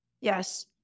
Yes